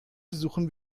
besuchen